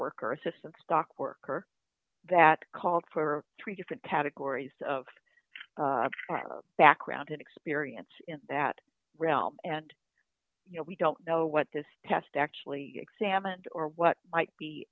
worker assistance dock worker that called for three different categories of background and experience in that realm and you know we don't know what this test actually examined or what might be